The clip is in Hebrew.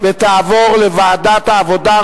לדיון מוקדם בוועדת העבודה,